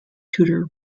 tudor